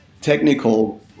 technical